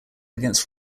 against